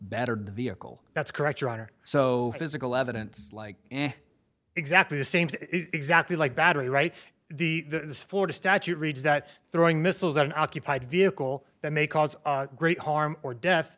bettered the vehicle that's correct your honor so physical evidence like exactly the same exactly like battery right the florida statute reads that throwing missiles at an occupied vehicle that may cause great harm or death